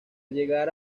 llegar